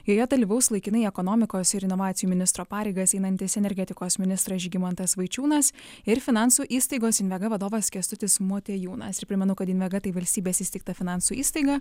joje dalyvaus laikinai ekonomikos ir inovacijų ministro pareigas einantis energetikos ministras žygimantas vaičiūnas ir finansų įstaigos invega vadovas kęstutis motiejūnas ir primenu kad invega tai valstybės įsteigta finansų įstaiga